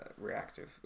reactive